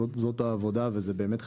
זאת העבודה וזה באמת חשוב.